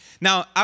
Now